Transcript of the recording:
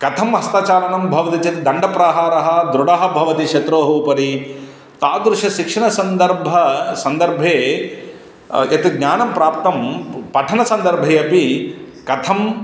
कथं हस्तचालनं भवति चेत् दण्डप्रहारः दृढः भवति शत्रोः उपरि तादृशशिक्षणसन्दर्भे सन्दर्भे यत् ज्ञानं प्राप्तं पठनसन्दर्भे अपि कथं